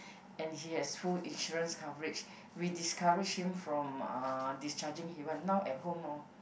and he has full insurance coverage we discourage him from uh discharging but he want now at home lor